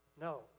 No